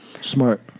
Smart